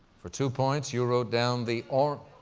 for two points, you wrote down the or,